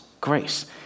grace